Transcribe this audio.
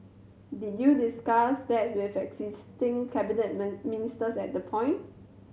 did you discuss that with existing cabinet ministers at that point